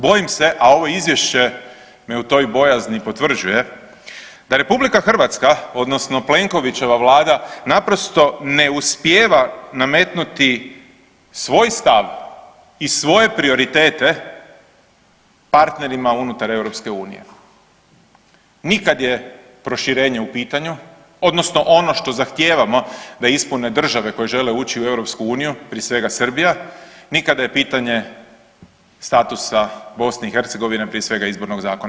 Bojim se, a ovo izvješće me u toj bojazni potvrđuje da RH odnosno Plenkovićeva vlada naprosto ne uspijeva nametnuti svoj stav i svoje prioritete partnerima unutar EU, ni kad je proširenje u pitanju odnosno ono što zahtijevamo da ispune države koje žele ući u EU prije svega Srbija, ni kada je pitanje statusa BiH, prije svega Izbornog zakona.